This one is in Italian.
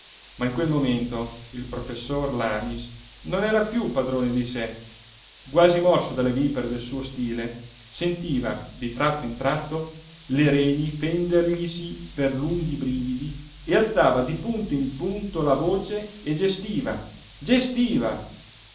ma in quel momento il professor lamis non era piú padrone di sé quasi morso dalle vipere del suo stile sentiva di tratto in tratto le reni fènderglisi per lunghi brividi e alzava di punto in punto la voce e gestiva gestiva